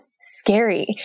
scary